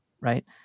right